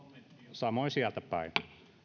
samoin sieltä päin